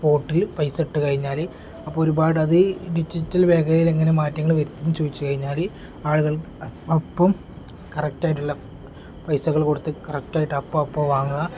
പോർട്ടലിൽ പൈസ ഇട്ടു കഴിഞ്ഞാൽ അപ്പം ഒരുപാട് അത് ഡിജിറ്റൽ വേഗതയിൽ എങ്ങനെ മാറ്റങ്ങൾ വരുത്തി എന്നു ചോദിച്ചു കഴിഞ്ഞാൽ ആളുകൾ അപ്പം കറക്റ്റായിട്ടുള്ള പൈസകൾ കൊടുത്ത് കറക്റ്റായിട്ട് അപ്പം അപ്പ വാങ്ങുക